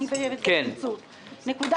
נקודה